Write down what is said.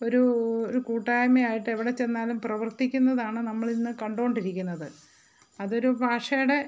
ഒരു ഒരു കൂട്ടായ്മ ആയിട്ട് എവിടെ ചെന്നാലും പ്രവർത്തിക്കുന്നതാണ് നമ്മൾ ഇന്ന് കണ്ടുകൊണ്ടിരിക്കുന്നത് അതൊരു ഭാഷയുടെ